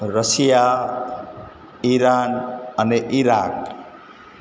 Russia Iran અને Iraq